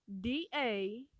D-A